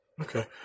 Okay